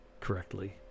correctly